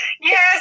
Yes